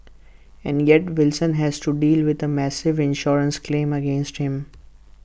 and yet Wilson has to be with A massive insurance claim against him